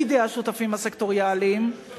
בידי השותפים הסקטוריאליים,